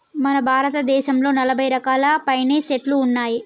మన భారతదేసంలో నలభై రకాలకు పైనే సెట్లు ఉన్నాయి